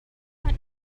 one